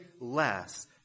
less